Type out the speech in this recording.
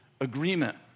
agreement